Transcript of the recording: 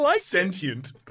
Sentient